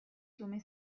fiume